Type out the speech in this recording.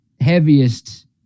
heaviest